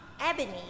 Ebony